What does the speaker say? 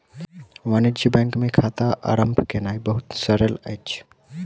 वाणिज्य बैंक मे खाता आरम्भ केनाई बहुत सरल अछि